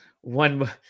one